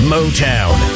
Motown